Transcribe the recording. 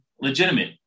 legitimate